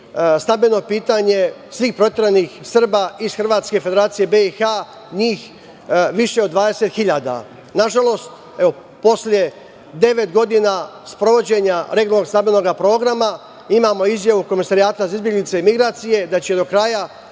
stambeno pitanje svih proteranih Srba iz Hrvatske i Federacije BiH, njih više od 20.000.Nažalost, posle devet godina sprovođenja regionalnog stambenog programa imamo izjavu Komeserijata za izbeglice i migracije da će do kraja